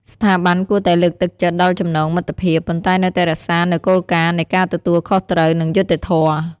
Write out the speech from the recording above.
ស្ថាប័នគួរតែលើកទឹកចិត្តដល់ចំណងមិត្តភាព ប៉ុន្តែនៅតែរក្សានូវគោលការណ៍នៃការទទួលខុសត្រូវ និងយុត្តិធម៌។